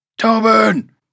Tobin